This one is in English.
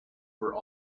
were